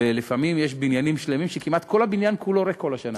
ולפעמים יש בניינים שלמים שכמעט כל הבניין כולו ריק כל השנה.